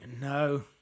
no